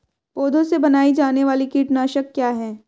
पौधों से बनाई जाने वाली कीटनाशक क्या है?